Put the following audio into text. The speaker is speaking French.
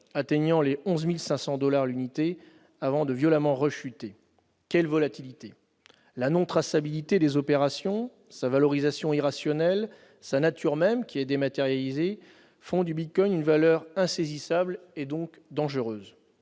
atteignant les 11 500 dollars l'unité, avant de violemment rechuter. Quelle volatilité ! La non-traçabilité des opérations, sa valorisation irrationnelle, sa nature même, qui est dématérialisée, font du bitcoin une valeur insaisissable, et donc dangereuse